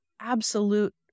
absolute